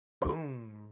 boom